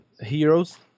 heroes